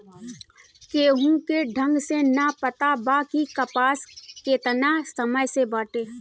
केहू के ढंग से ना पता बा कि कपास केतना समय से बाटे